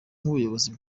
nk’ubuyobozi